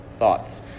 Thoughts